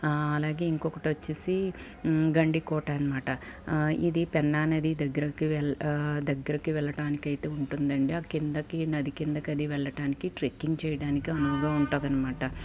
అలాగే ఇంకొకటి వచ్చేసి గండికోట అనమాట ఇది పెన్నానది దగ్గరకి వెల్ దగ్గరకి వెళ్ళటానికి అయితే ఉంటుందండీ ఆ కిందకి నది కిందకి వెళ్ళడానికి ట్రెక్కింగ్ చేయడానికి అనువుగా ఉంటుంది అనమాట